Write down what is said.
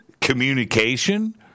communication